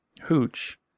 hooch